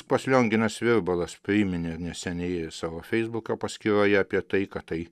pats lionginas virbalas priminė neseniai savo feisbuko paskyroje apie tai kad tai